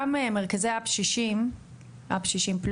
גם מרכזי האפ שישים פלוס,